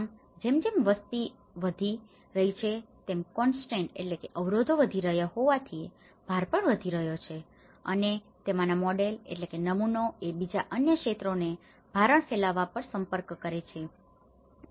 આમ જેમ જેમ વસ્તી વધી રહી છે તેમ કોન્સટ્રેઇન constraints અવરોધો વધી રહ્યો હોવાથી ભાર પણ વધી રહ્યો છે અને તેમાંના મોડેલ model નમૂનો એ બીજા અન્ય ક્ષેત્રોને ભારણ ફેલાવવા સંપર્ક કરે છે